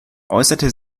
äußerte